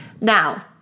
Now